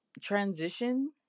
transition